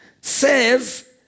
says